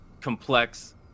complex